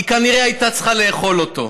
היא כנראה הייתה צריכה לאכול אותו.